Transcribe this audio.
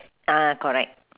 ah correct